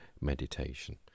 meditation